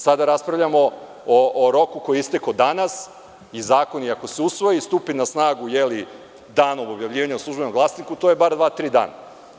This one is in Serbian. Sada raspravljamo o roku koji je istekao danas i zakon i ako se usvoji, dok stupi na snagu danom objavljivanja u službenom glasniku, to je bar još dva-tri dana.